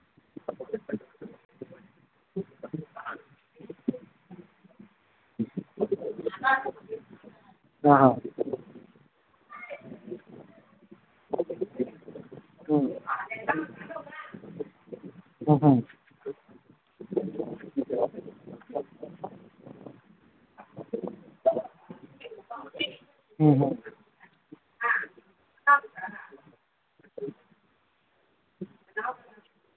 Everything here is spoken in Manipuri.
ꯑꯥ ꯎꯝ ꯎꯝ ꯎꯝ ꯎꯝ ꯎꯝ